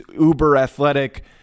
uber-athletic